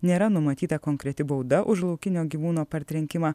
nėra numatyta konkreti bauda už laukinio gyvūno partrenkimą